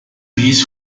vis